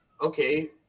Okay